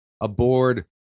aboard